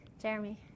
Jeremy